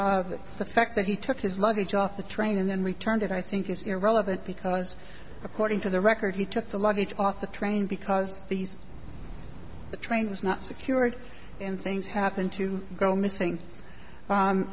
the fact that he took his luggage off the train and then returned it i think is irrelevant because according to the record he took the luggage off the train because these the train was not secured and things happen to go missing